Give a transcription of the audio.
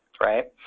right